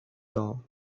doll